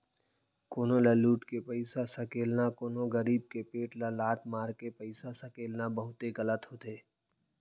कोनो ल लुट के पइसा सकेलना, कोनो गरीब के पेट ल लात मारके पइसा सकेलना बहुते गलत होथे